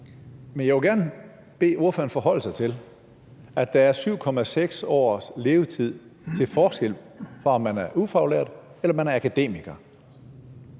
Men jeg vil gerne bede ordføreren forholde sig til, at der er 7,6 års levetid til forskel på, om man er ufaglært, eller om man er